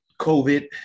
COVID